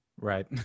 Right